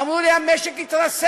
אמרו לי: המשק יתרסק,